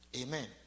Amen